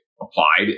applied